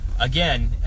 Again